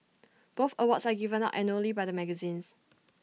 both awards are given out annually by the magazines